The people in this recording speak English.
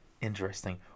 Interesting